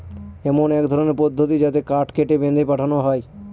এমন এক ধরনের পদ্ধতি যাতে কাঠ কেটে, বেঁধে পাঠানো হয়